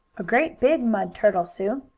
a great big mud-turtle, sue.